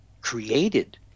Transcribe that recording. created